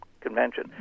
convention